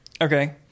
Okay